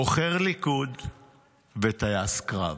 בוחר ליכוד וטייס קרב.